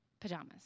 pajamas